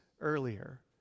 earlier